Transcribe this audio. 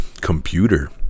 computer